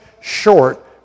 short